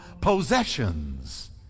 possessions